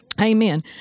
Amen